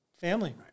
family